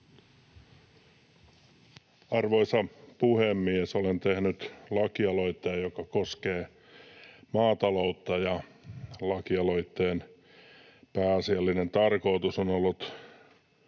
Arvoisa puhemies! Olen tehnyt lakialoitteen, joka koskee maataloutta, ja lakialoitteen pääasiallinen tarkoitus on ollut